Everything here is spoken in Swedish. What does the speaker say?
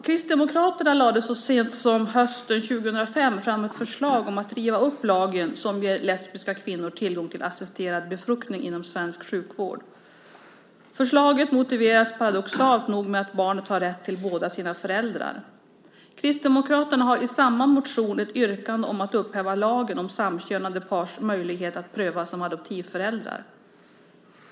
Kristdemokraterna lade så sent som hösten 2005 fram ett förslag om att riva upp lagen som ger lesbiska kvinnor tillgång till assisterad befruktning inom svensk sjukvård. Förslaget motiverades paradoxalt nog med att barnet har rätt till båda sina föräldrar. Kristdemokraterna har i samma motion ett yrkande om att upphäva lagen om samkönade pars möjligheter att prövas som adoptivföräldrar.